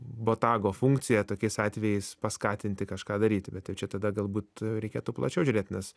botago funkciją tokiais atvejais paskatinti kažką daryti bet jau čia tada galbūt reikėtų plačiau žiūrėt nes